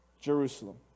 Jerusalem